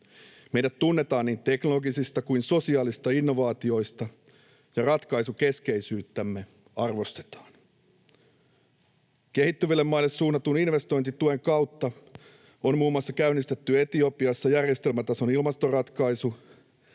Meidät tunnetaan niin teknologisista kuin sosiaalisista innovaatioista, ja ratkaisukeskeisyyttämme arvostetaan. Kehittyville maille suunnatun investointituen kautta on muun muassa käynnistetty Etiopiassa järjestelmätason ilmastoratkaisu,